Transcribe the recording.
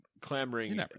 clamoring